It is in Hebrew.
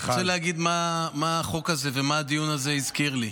אני רוצה להגיד מה החוק הזה ומה הדיון הזה הזכיר לי.